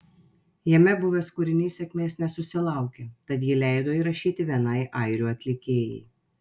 jame buvęs kūrinys sėkmės nesusilaukė tad jį leido įrašyti vienai airių atlikėjai